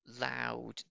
loud